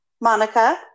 Monica